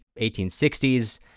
1860s